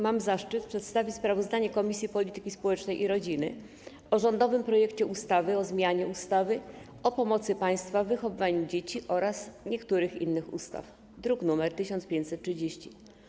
Mam zaszczyt przedstawić sprawozdanie Komisji Polityki Społecznej i Rodziny o rządowym projekcie ustawy o zmianie ustawy o pomocy państwa w wychowywaniu dzieci oraz niektórych innych ustaw, druk nr 1530.